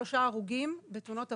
שלושה הרוגים בתאונות עבודה,